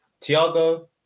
Tiago